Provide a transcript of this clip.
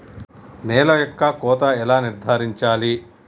నేల యొక్క కోత ఎలా నిర్ధారించాలి?